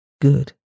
good